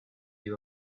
you